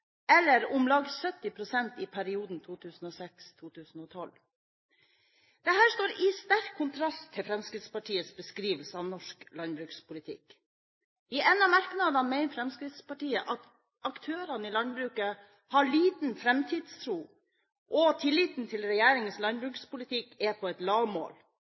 eller om lag 70 pst. i perioden 2006–2012. Dette står i sterk kontrast til Fremskrittspartiets beskrivelse av norsk landbrukspolitikk. I en av merknadene mener Fremskrittspartiet at aktørene i landbruket har liten framtidstro, at tilliten til regjeringens landbrukspolitikk er på et lavmål,